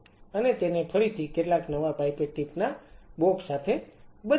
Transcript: અને તેને ફરીથી કેટલાક નવા પાઇપેટ ટીપ ના બોક્સ સાથે બદલે છે